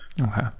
Okay